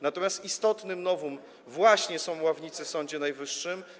Natomiast istotnym novum są właśnie ławnicy w Sądzie Najwyższym.